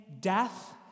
death